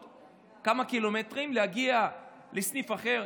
או כמה קילומטרים ולהגיע לסניף אחר.